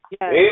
yes